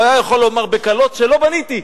הוא היה יכול לומר בקלות, לא בניתי.